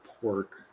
pork